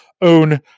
own